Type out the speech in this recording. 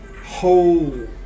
whole